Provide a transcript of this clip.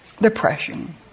Depression